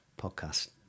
podcast